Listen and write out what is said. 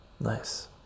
nice